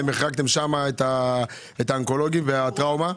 אתם החרגתם שם את האונקולוגים והטראומה.